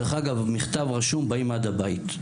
דרך אגב, מכתב רשום, באים עד הבית.